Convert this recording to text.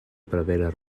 prevere